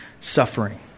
suffering